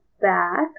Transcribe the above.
back